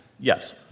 Yes